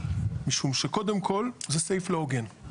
משום שקודם כל, זה סעיף לא הוגן.